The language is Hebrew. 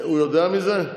הוא יודע מזה?